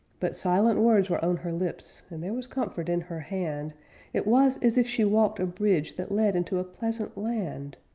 but silent words were on her lips, and there was comfort in her hand it was as if she walked a bridge that led into a pleasant land.